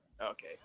Okay